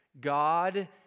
God